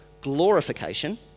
glorification